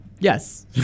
yes